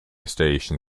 station